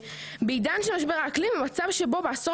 בעידן של משבר האקלים המצב שבו בעשור